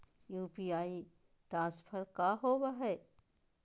UPI transfer का होव हई?